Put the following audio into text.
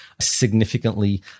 significantly